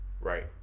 Right